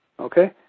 Okay